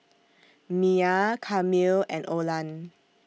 Myah Camille and Olan